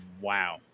wow